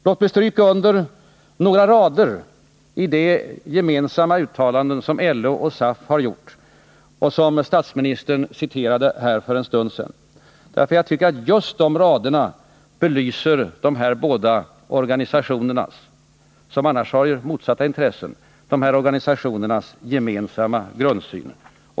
Låt mig stryka under några rader ur det gemensamma uttalande som LO och SAF har gjort och som statsministern citerade här för en stund sedan, därför att jag tycker att just dessa rader belyser de båda organisationernas — de har ju annars motsatta intressen — gemensamma grundsyn.